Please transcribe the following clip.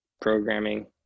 programming